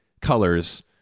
colors